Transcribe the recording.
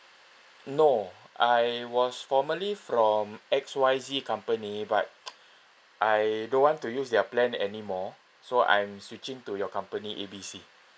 no I was formerly from X Y Z company but I don't want to use their plan anymore so I'm switching to your company A B C